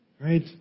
right